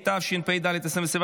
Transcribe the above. התשפ"ד 2024,